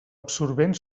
absorbent